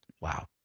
Wow